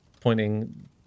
pointing